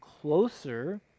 closer